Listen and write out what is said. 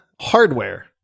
hardware